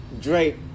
Drake